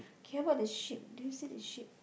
K how about the sheep do you see the sheep